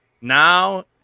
now